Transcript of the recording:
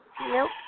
nope